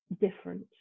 different